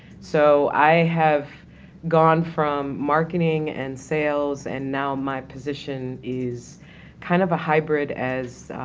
so, i have gone from marketing and sales and now my position is kind of a hybrid as,